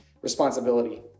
responsibility